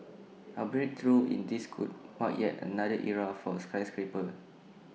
A breakthrough in this could mark yet another era for skyscrapers